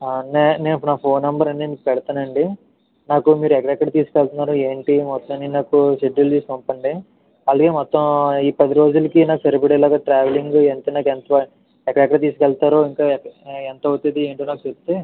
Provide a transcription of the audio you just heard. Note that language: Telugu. నేను ఇప్పుడు నా ఫోన్ నెంబర్ అన్ని మీకు పెడతాను అండి నాకు మీరు ఎక్కడ ఎక్కడికి తీసుకు వెళ్తున్నారు ఏంటి మొత్తం అన్నీషెడ్యూల్ చేసి పంపండి మళ్ళీ మొత్తం ఈ పదిరోజులు నాకు సరిపడేలాగ ట్రావెలింగ్ ఎంత నాకు ఎంత ఎక్కడెక్కడికి తీసుకు వెళ్తారు ఇంకా ఎంత అవుతుంది ఏంటో నాకు చెప్తే